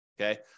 Okay